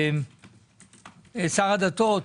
שר הדתות,